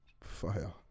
Fire